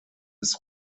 des